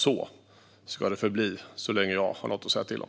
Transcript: Så ska det förbli så länge jag har något att säga till om.